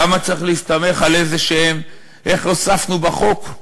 למה צריך להסתמך על איזשהם, איך הוספנו בחוק?